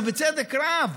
ובצדק רב,